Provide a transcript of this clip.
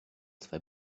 zwei